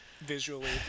visually